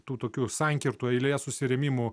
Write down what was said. tų tokių sankirtų eilėje susirėmimų